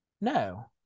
No